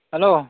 hello